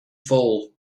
fall